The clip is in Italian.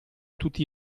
tutti